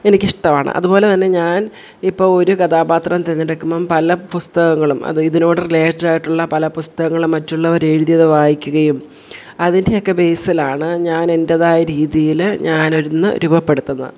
എനിക്കിഷ്ടമാണ് അതുപോലെതന്നെ ഞാൻ ഇപ്പോൾ ഒരു കഥാപാത്രം തിരഞ്ഞെടുക്കുമ്പം പല പുസ്തകങ്ങളും അത് ഇതിനോട് റിലേറ്റഡായിട്ടുള്ള പല പുസ്തകങ്ങൾ മറ്റുള്ളവർ എഴുതിയത് വായിക്കുകയും അതിൻ്റെയൊക്കെ ബേസിലാണ് ഞാനെൻ്റേതായ രീതിയിൽ ഞാനൊന്നു രൂപപ്പെടുത്തുന്ന